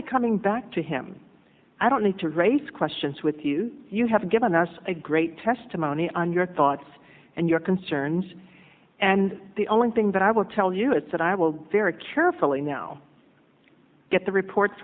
be coming back to him i don't need to raise questions with you you have given us a great testimony on your thoughts and your concerns and the only thing that i will tell you it's that i will very carefully now get the report